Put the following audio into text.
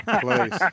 please